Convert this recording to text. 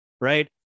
right